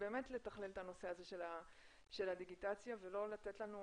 לתכלל את הנושא הזה של הדיגיטציה ולא לתת לנו,